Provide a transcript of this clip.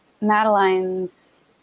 Madeline's